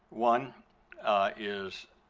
one is